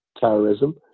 terrorism